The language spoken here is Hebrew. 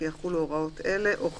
כי יחולו הוראות אלה או חלקן: